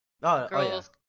girls